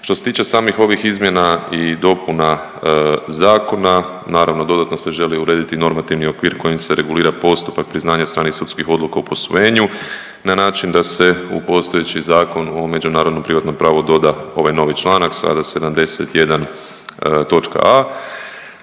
Što se tiče samih ovih izmjena i dopuna zakona naravno dodatno se želi urediti normativni okvir kojim se regulira postupak priznavanja stranih sudskih odluka o posvojenju na način da se u postojeći Zakon o međunarodnom privatnom pravu doda ovaj novi članak sada 71.